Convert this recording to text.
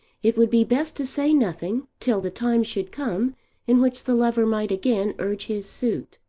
it would be best to say nothing till the time should come in which the lover might again urge his suit.